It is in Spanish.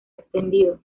extendido